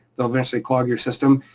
they'll eventually clog your system.